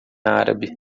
árabe